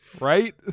Right